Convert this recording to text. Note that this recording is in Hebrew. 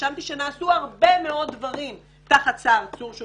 התרשמתי שנעשו הרבה שינויים תחת סער צור שהוא